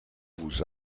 vous